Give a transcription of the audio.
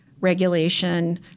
regulation